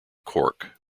cork